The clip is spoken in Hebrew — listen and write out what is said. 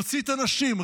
נוציא את הנשים,